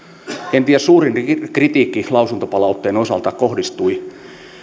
kenties suurin kritiikki lausuntopalautteen osalta kohdistui